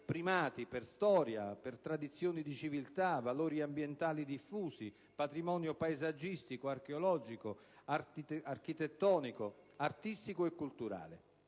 per storia, per tradizioni di civiltà, valori ambientali diffusi, patrimonio paesaggistico, archeologico, architettonico, artistico e culturale.